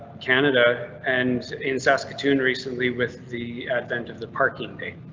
canada and in saskatoon. recently, with the advent of the parking date.